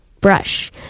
brush